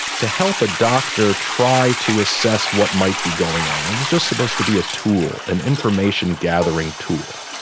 to help a doctor try to assess what might be going on. it was just supposed to be a tool, an information gathering tool.